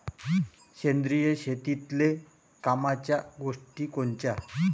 सेंद्रिय शेतीतले कामाच्या गोष्टी कोनच्या?